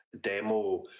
demo